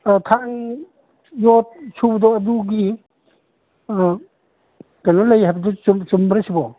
ꯊꯥꯡ ꯌꯣꯠ ꯁꯨꯕꯗꯣ ꯑꯗꯨꯒꯤ ꯀꯩꯅꯣ ꯂꯩ ꯍꯥꯏꯕꯗꯣ ꯆꯨꯝꯕ꯭ꯔ ꯁꯤꯕꯣ